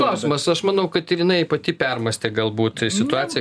klausimas aš manau kad ir jinai pati permąstė galbūt situaciją